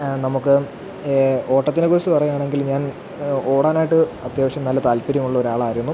നമുക്ക് ഓട്ടത്തിനെ കുറിച്ച് പറയാണെങ്കിൽ ഞാൻ ഓടാനായിട്ട് അത്യാവശ്യം നല്ല താല്പര്യമുള്ളൊരാളായിരുന്നു